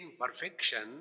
perfection